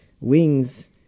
wings